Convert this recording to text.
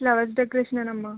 flowers డెకరేషన్నే అమ్మా